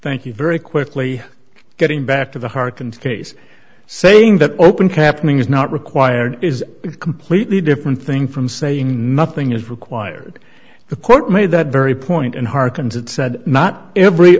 thank you very quickly getting back to the harken case saying that open captaining is not required is a completely different thing from saying nothing is required the court made that very point and hearkens it said not every